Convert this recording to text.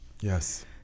yes